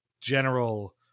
general